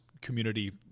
community